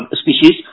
species